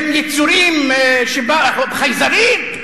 מה, הפלסטינים הם יצורים שבאו, חייזרים?